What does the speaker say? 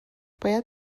باید